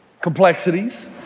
complexities